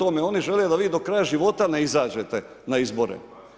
Oni žele da vi do kraja života ne izađete na izbore.